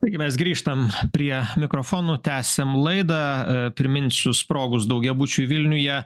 taigi mes grįžtam prie mikrofonų tęsiam laidą priminsiu sprogus daugiabučiui vilniuje